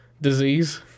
disease